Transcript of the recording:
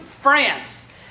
France